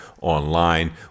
online